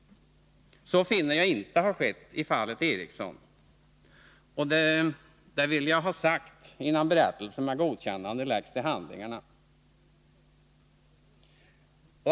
Det finner jag inte har skett i fallet Eriksson, och det vill jag ha sagt innan berättelsen med godkännande läggs till handlingarna.